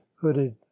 hooded